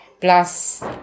Plus